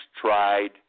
tried